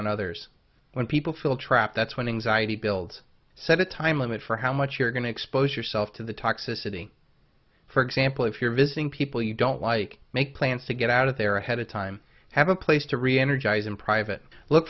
on others when people feel trapped that's when things id builds set a time limit for how much you're going to expose yourself to the toxicity for example if you're visiting people you don't like make plans to get out of there ahead of time have a place to reenergize in private look